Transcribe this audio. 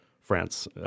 France